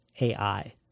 AI